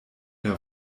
der